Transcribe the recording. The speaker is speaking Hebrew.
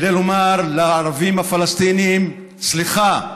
כדי לומר לערבים הפלסטינים: סליחה,